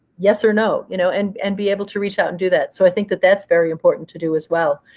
yes or no you know and and be able to reach out and do that. so i think that that's very important to do as well.